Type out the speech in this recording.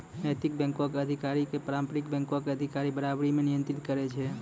नैतिक बैंको के अधिकारी के पारंपरिक बैंको के अधिकारी बराबरी मे नियंत्रित करै छै